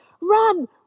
run